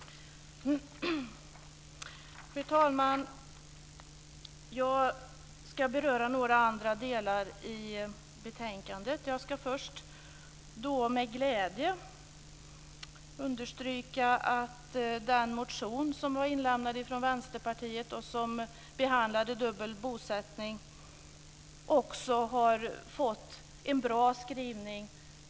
Fru talman! Jag ska beröra några andra delar i betänkandet. Jag ska först med glädje understryka att den motion som är inlämnad av Vänsterpartiet och som behandlade dubbel bosättning har fått en bra skrivning.